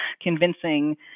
convincing